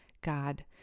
God